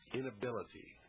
inability